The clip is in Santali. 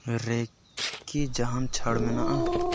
ᱨᱮ ᱠᱤ ᱡᱟᱦᱟᱱ ᱪᱷᱟᱲ ᱢᱮᱱᱟᱜᱼᱟ